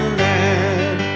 land